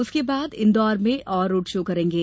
उसके बाद इन्दौर में और रोड शो करेंगे